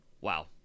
wow